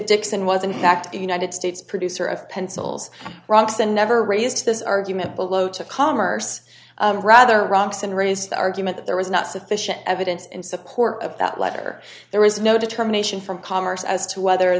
dixon was in fact a united states producer of pencils rocks and never raised this argument below to commerce rather roxanne raised the argument that there was not sufficient evidence in support of that letter there was no determination from commerce as to whether